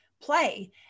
play